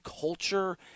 culture